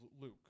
Luke